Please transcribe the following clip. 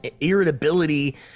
irritability